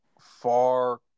far